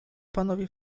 panowie